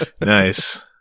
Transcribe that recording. Nice